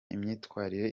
imyitwarire